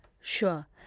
Sure